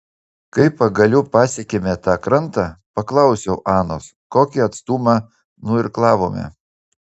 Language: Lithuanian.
kai pagaliau pasiekėme tą krantą paklausiau anos kokį atstumą nuirklavome